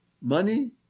money